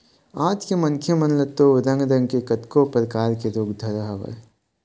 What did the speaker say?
आज के मनखे मन ल तो रंग रंग के कतको परकार के रोग धरत हवय